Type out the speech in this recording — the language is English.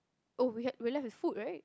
oh we had we left with food right